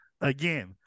again